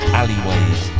alleyways